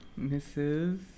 Mrs